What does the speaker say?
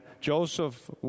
Joseph